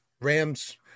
Rams